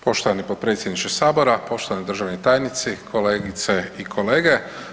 Poštovani potpredsjedniče Sabora, poštovani državni tajnici, kolegice i kolege.